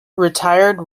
retired